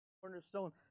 cornerstone